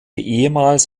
ehemals